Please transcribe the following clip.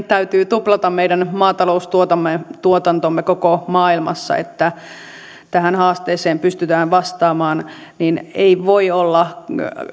täytyy tuplata maataloustuotanto koko maailmassa jotta tähän haasteeseen pystytään vastamaan niin ei voi olla